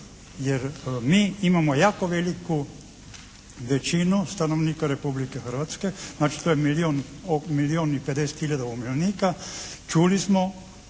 Jer mi imamo jako veliku većinu stanovnika Republike Hrvatske, znači to je milijun i 50 hiljada umirovljenika, čuli smo